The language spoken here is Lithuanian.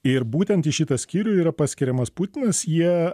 ir būtent į šitą skyrių yra paskiriamas putinas jie